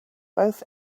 both